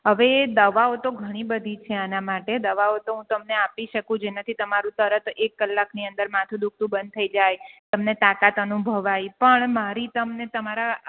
હવે દવાઓ તો ઘણી બધી છે આના માટે દવાઓ તો હું તમને આપી શકું જેનાથી તમારું તરત એક કલાકની અંદર માથું દુઃખતું બંધ થઈ જાય તમને તાકાત અનુભવાય પણ મારી તમને તમારા